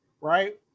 right